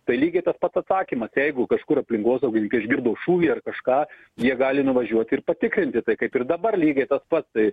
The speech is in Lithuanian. tai lygiai tas pats atsakymas jeigu kažkur aplinkosaugininkai išgirdo šūvį ar kažką jie gali nuvažiuot ir patikrinti tai kaip ir dabar lygiai tas pats tai